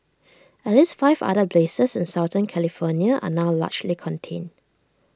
at least five other blazes in southern California are now largely contained